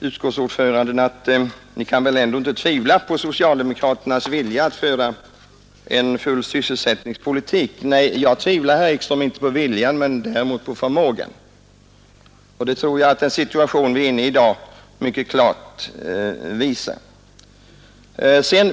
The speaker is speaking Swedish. Utskottsordföranden säger: Ni kan väl ändå inte tvivla på socialdemokraternas vilja att föra den fulla sysselsättningens politik? Nej, vi tvivlar inte på viljan men på förmågan. Att vi har skäl till det tror jag den situation som råder i dag mycket klart visar.